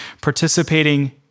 participating